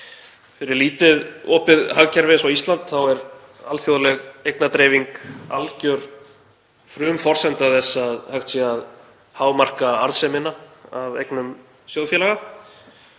Fyrir lítið, opið hagkerfi eins og Ísland er alþjóðleg eignadreifing algjör frumforsenda þess að hægt sé að hámarka arðsemina af eignum sjóðfélaga